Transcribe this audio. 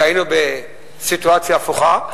כשהיינו בסיטואציה הפוכה.